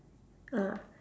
ah